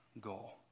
goal